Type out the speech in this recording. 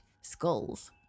skulls